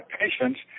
patients